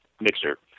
mixer